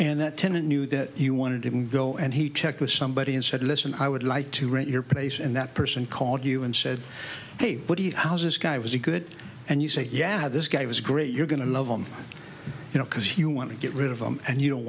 and that tenant knew that you wanted to go and he checked with somebody and said listen i would like to rent your place and that person called you and said hey what do you how's this guy was it good and you say yeah this guy was great you're going to love them you know because you want to get rid of them and you